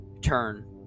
turn